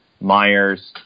Myers